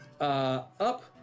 up